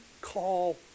call